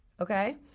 okay